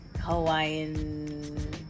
Hawaiian